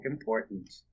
important